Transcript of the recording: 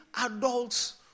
adults